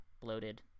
bloated